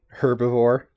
Herbivore